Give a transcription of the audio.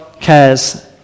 cares